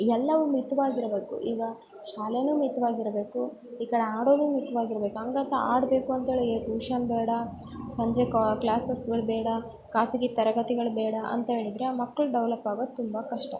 ಎಲ್ಲವೂ ಮಿತವಾಗಿರಬೇಕು ಈಗ ಶಾಲೆಯೂ ಮಿತವಾಗಿರಬೇಕು ಈ ಕಡೆ ಆಡೋದು ಮಿತವಾಗಿರಬೇಕು ಹಂಗಂತೆ ಆಡಬೇಕು ಅಂಥೇಳಿ ಏ ಟ್ಯೂಷನ್ ಬೇಡ ಸಂಜೆ ಕೋ ಕ್ಲಾಸಸ್ಗಳು ಬೇಡ ಖಾಸಗಿ ತರಗತಿಗಳು ಬೇಡ ಅಂತ ಹೇಳಿದ್ರೆ ಮಕ್ಳು ಡವಲಪ್ ಆಗೋದು ತುಂಬ ಕಷ್ಟ